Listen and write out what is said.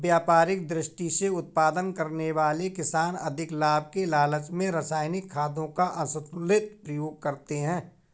व्यापारिक दृष्टि से उत्पादन करने वाले किसान अधिक लाभ के लालच में रसायनिक खादों का असन्तुलित प्रयोग करते हैं